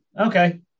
okay